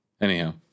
Anyhow